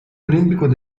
olímpicos